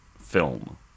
film